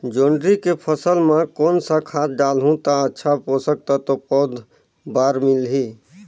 जोंदरी के फसल मां कोन सा खाद डालहु ता अच्छा पोषक तत्व पौध बार मिलही?